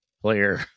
player